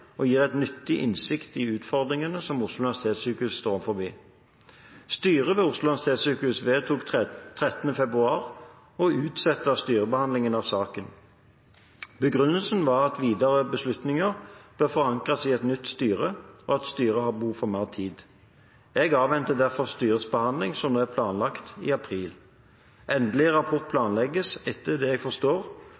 gir en nyttig innsikt i utfordringene som Oslo universitetssykehus står overfor. Styret ved Oslo universitetssykehus vedtok 13. februar å utsette styrebehandlingen av saken. Begrunnelsen var at videre beslutninger bør forankres i et nytt styre, og at styret har behov for mer tid. Jeg avventer derfor styrets behandling, som er planlagt i april. Endelig rapport planlegges, etter det jeg forstår,